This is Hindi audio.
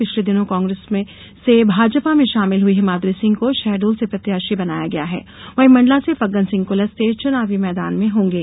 पिछले दिनों कांग्रेस से भाजपा में शामिल हुईं हिमाद्री सिंह को शहडोल से प्रत्याशी बनाया गया है वहीं मंडला से फग्गन सिंह कुलस्ते चुनावी मैदान में होंगे